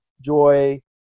Joy